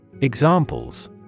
Examples